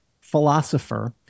philosopher